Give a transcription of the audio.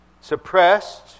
suppressed